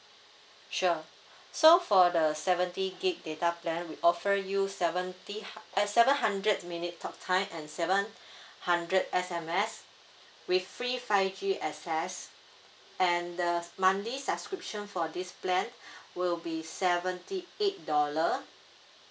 sure so for the seventy gigabyte data plan we offer you seventy hu~ uh seven hundred minute talk time and seven hundred S_M_S with free five G access and the monthly subscription for this plan will be seventy eight dollar